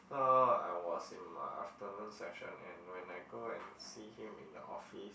so I was in my afternoon session and when I go and see him in the office